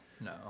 No